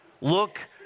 Look